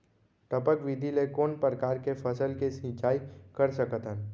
टपक विधि ले कोन परकार के फसल के सिंचाई कर सकत हन?